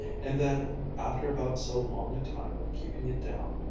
and then, after about so long a time of keeping it down,